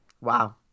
Wow